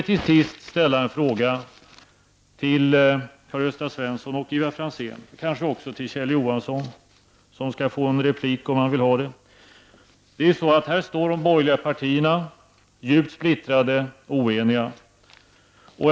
Svenson och Ivar Franzén, ja, kanske också till Kjell Johansson som kan få en replik om han så önskar. Här står ju de borgerliga partierna djupt splittrade och oeniga.